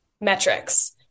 metrics